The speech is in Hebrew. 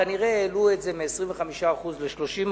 כנראה העלו את זה מ-25% ל-30%.